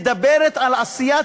מדברת על עשיית